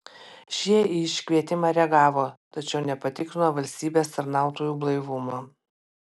šie į iškvietimą reagavo tačiau nepatikrino valstybės tarnautojų blaivumo